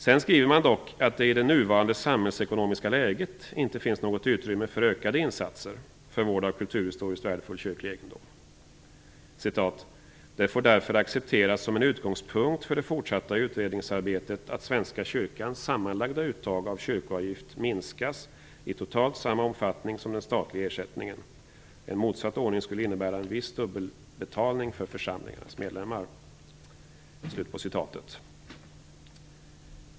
Sedan skriver utskottet dock att det i det nuvarande samhällsekonomiska läget inte finns något utrymme för ökade insatser för vård av kulturhistoriskt värdefull kyrklig egendom. "Det får därför accepteras som en utgångspunkt för det fortsatta utredningsarbetet att Svenska kyrkans sammanlagda uttag av kyrkoavgift minskas i totalt samma omfattning som den statliga ersättningen. En motsatt ordning skulle innebära en viss dubbelbetalning för församlingarnas medlemmar."